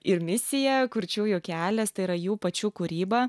ir misija kurčiųjų kelias tai yra jų pačių kūryba